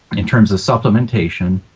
in terms of supplementation,